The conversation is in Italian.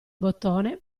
bottone